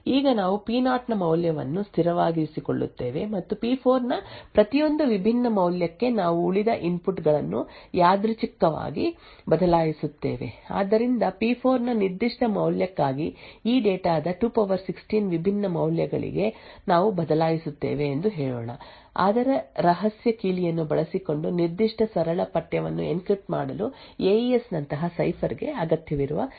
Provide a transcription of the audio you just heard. ಈಗ ನಾವು ಪಿ0 ನ ಮೌಲ್ಯವನ್ನು ಸ್ಥಿರವಾಗಿರಿಸಿಕೊಳ್ಳುತ್ತೇವೆ ಮತ್ತು ಪಿ4 ನ ಪ್ರತಿಯೊಂದು ವಿಭಿನ್ನ ಮೌಲ್ಯಕ್ಕೆ ನಾವು ಉಳಿದ ಇನ್ಪುಟ್ ಗಳನ್ನು ಯಾದೃಚ್ಛಿಕವಾಗಿ ಬದಲಾಯಿಸುತ್ತೇವೆ ಆದ್ದರಿಂದ ಪಿ4 ನ ನಿರ್ದಿಷ್ಟ ಮೌಲ್ಯಕ್ಕಾಗಿ ಈ ಡೇಟಾದ 216 ವಿಭಿನ್ನ ಮೌಲ್ಯಗಳಿಗೆ ನಾವು ಬದಲಾಯಿಸುತ್ತೇವೆ ಎಂದು ಹೇಳೋಣ ನಾವು ಅಳೆಯುತ್ತೇವೆ ಅದರ ರಹಸ್ಯ ಕೀಲಿಯನ್ನು ಬಳಸಿಕೊಂಡು ನಿರ್ದಿಷ್ಟ ಸರಳ ಪಠ್ಯವನ್ನು ಎನ್ಕ್ರಿಪ್ಟ್ ಮಾಡಲು ಎಈಯಸ್ ನಂತಹ ಸೈಫರ್ ಗೆ ಅಗತ್ಯವಿರುವ ಎಕ್ಸಿಕ್ಯೂಶನ್ ಸಮಯ